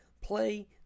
Play